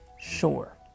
sure